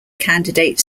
candidate